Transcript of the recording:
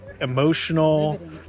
Emotional